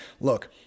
look—